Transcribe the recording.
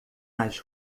nas